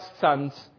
sons